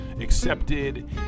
accepted